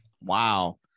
Wow